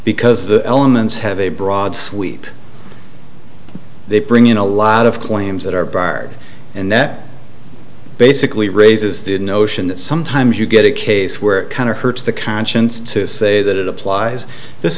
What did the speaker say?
because the elements have a broad sweep they bring in a lot of claims that are barred and that basically raises did notion that sometimes you get a case where it kind of hurts the conscience to say that it applies this